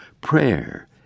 Prayer